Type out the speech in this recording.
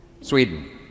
Sweden